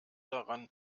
daran